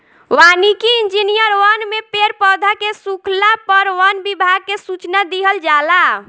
वानिकी इंजिनियर वन में पेड़ पौधा के सुखला पर वन विभाग के सूचना दिहल जाला